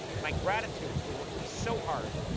my gratitude for working so hard,